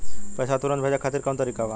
पैसे तुरंत भेजे खातिर कौन तरीका बा?